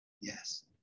Yes